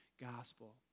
gospel